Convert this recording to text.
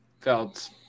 felt